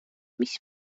mis